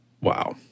wow